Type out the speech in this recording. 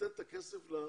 לתת את הכסף לבית התמחוי.